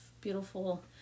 beautiful